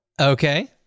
Okay